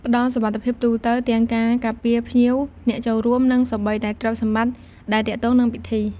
ផ្តល់សុវត្ថិភាពទូទៅទាំងការការពារភ្ញៀវ អ្នកចូលរួម និងសូម្បីតែទ្រព្យសម្បត្តិដែលទាក់ទងនឹងពិធី។